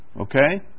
Okay